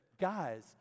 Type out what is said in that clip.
guys